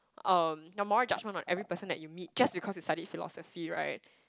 um your moral judgement on every person that you meet just because you studied philosophy right